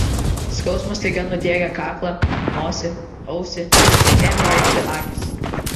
skausmas staiga nudiegė kaklą nosį ausį ir ėmė raibti akys